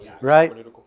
Right